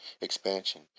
expansion